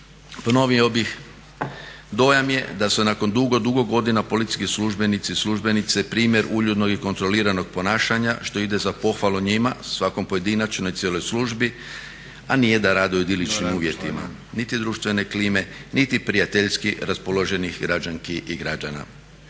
Ponovio bih, dojam je da su nakon dugo, dugo godina policijski službenici i službenice primjer uljudnog i kontroliranog ponašanja što ide za pohvalu njima, svakom pojedinačno i cijeloj službi a nije da rade u idiličnim uvjetima niti društvene klime, niti prijateljski raspoloženih građanki i građana.